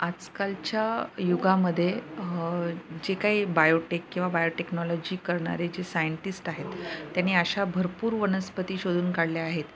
आजकालच्या युगामध्ये जे काही बायोटेक किंवा बायोटेक्नॉलॉजी करणारे जे सायंटिस्ट आहेत त्याने अशा भरपूर वनस्पती शोधून काढल्या आहेत